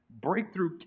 Breakthrough